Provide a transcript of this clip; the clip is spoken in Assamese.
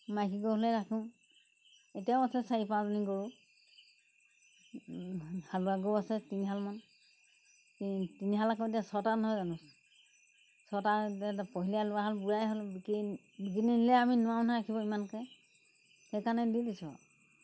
মাইকী গৰু হ'লে ৰাখোঁ এতিয়াও আছে চাৰি পাঁচজনী গৰু হালোৱা গৰু আছে তিনিহালমান তিনিহাল আকৌ এতিয়া ছটা নহয় জানো ছটা এতিয়া পহিলা লোৱাহাল বুঢ়াই হ'ল বিকি বিকি নিদিলে আমি নোৱাৰোঁ নহয় ৰাখিব ইমানকৈ সেইকাৰণে দি দিছোঁ আৰু